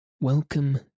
Welcome